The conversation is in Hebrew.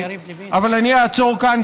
אבל אעצור כאן,